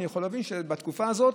אני יכול להבין שבתקופה הזאת